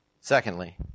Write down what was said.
Secondly